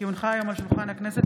כי הונחה היום על שולחן הכנסת,